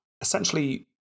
essentially